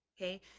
Okay